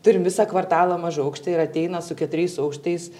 turim visą kvartalą mažaaukštį ir ateina su keturiais aukštais